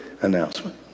announcement